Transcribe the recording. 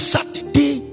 Saturday